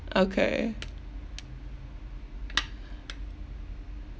okay